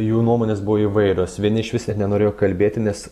jų nuomonės buvo įvairios vieni išvis net nenorėjo kalbėti nes